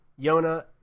Yona